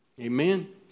Amen